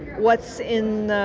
what's in,